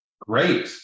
Great